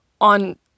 on